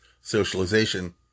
socialization